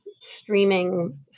streaming